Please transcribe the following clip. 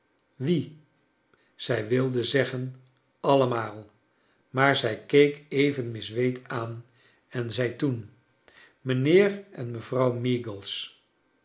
wien zij wilde zeggen allemaal maar zij keek even miss wade aan en zei toen mijnheer en mevrouw